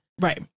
Right